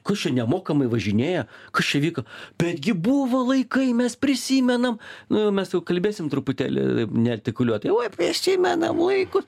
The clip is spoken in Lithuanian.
kas čia nemokamai važinėja kas čia įvyko betgi buvo laikai mes prisimenam nu mes jau kalbėsim truputėlį neartikuliuotai oi prisimenam laikus